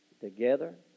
together